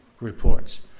reports